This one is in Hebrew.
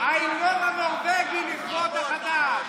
ההמנון הנורבגי במקום החדש.